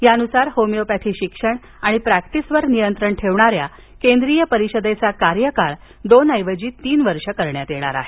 यानुसार होमिओपॅथी शिक्षण आणि प्रॅक्टिसवर नियंत्रण ठेवणाऱ्या केंद्रीय परिषदेचा कार्यकाळ दोन ऐवजी तीन वर्षे करण्यात येणार आहे